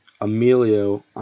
Emilio